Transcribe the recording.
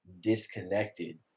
disconnected